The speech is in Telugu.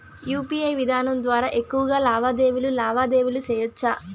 యు.పి.ఐ విధానం ద్వారా ఎక్కువగా లావాదేవీలు లావాదేవీలు సేయొచ్చా?